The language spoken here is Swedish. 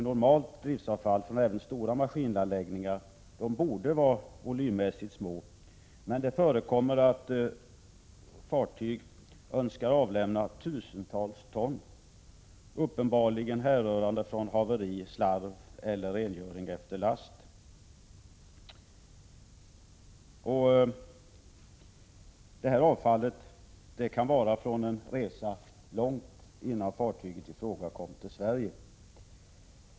Normalt driftsavfall från även stora maskinanläggningar borde vara volymmässigt litet, men det förekommer att fartyg önskar lämna tusentals ton avfall, uppenbarligen härrörande från haveri, slarv eller rengöring efter last. Sådant driftsavfall kan vara från en resa långt innan fartyget i fråga kom till Sverige.